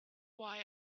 why